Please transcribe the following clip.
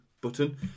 button